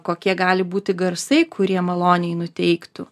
kokie gali būti garsai kurie maloniai nuteiktų